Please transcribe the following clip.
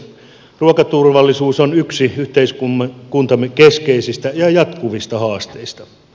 ruokaturvallisuus on yksi yhteiskuntamme keskeisistä ja jatkuvista haasteista